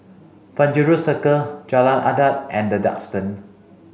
Penjuru Circle Jalan Adat and the Duxton